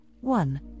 one